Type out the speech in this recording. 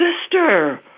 sister